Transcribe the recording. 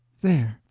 there!